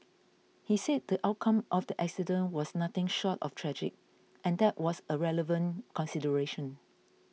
he said the outcome of the accident was nothing short of tragic and that was a relevant consideration